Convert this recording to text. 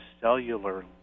cellular